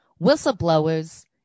Whistleblowers